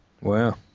Wow